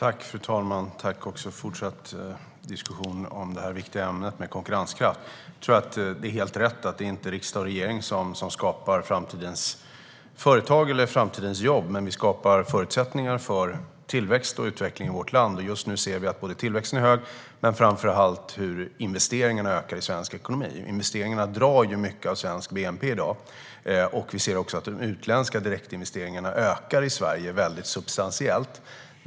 Fru talman! Tack för fortsatt diskussion om det viktiga ämnet konkurrenskraft! Jag tror att det är helt rätt: Det är inte riksdag och regering som skapar framtidens företag eller framtidens jobb. Men vi skapar förutsättningar för tillväxt och utveckling i vårt land. Just nu ser vi att tillväxten är hög och, framför allt, att investeringarna ökar i svensk ekonomi. Investeringarna drar mycket av svensk bnp i dag. Vi ser också att de utländska direktinvesteringarna substantiellt ökar i Sverige.